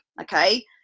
Okay